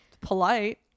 Polite